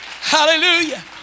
hallelujah